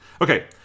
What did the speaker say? Okay